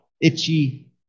itchy